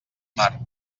mar